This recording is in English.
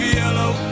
yellow